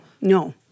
no